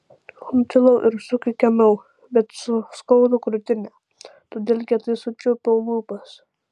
nutilau ir sukikenau bet suskaudo krūtinę todėl kietai sučiaupiau lūpas